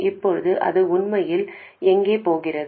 இப்போது அது உண்மையில் எங்கே போகிறது